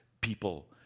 people